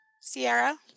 Sierra